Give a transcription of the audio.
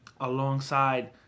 alongside